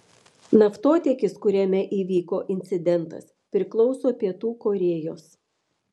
naftotiekis kuriame įvyko incidentas priklauso pietų korėjos